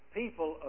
people